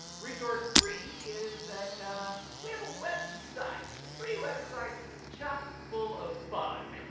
resource three is that we have a website. the free website chocked full of fun.